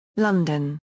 London